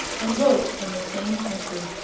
and woke in the same country.